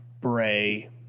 Bray